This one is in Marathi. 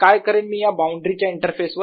काय करेन मी या बाउंड्री च्या इंटरफेस वर